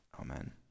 Amen